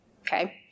Okay